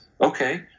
Okay